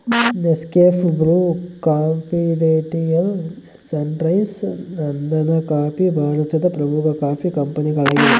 Nescafe, Bru, confidential, Sunrise, ನಂದನಕಾಫಿ ಭಾರತದ ಪ್ರಮುಖ ಕಾಫಿ ಕಂಪನಿಗಳಾಗಿವೆ